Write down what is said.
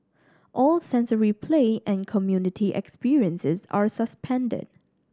all sensory play and community experiences are suspended